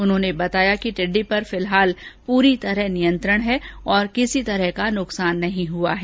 उन्होंने बताया कि टिड़डी पर फिलहाल पूरी तरह नियंत्रण है और किसी प्रकार का नुकसान नहीं है